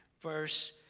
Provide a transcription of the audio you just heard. verse